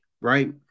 right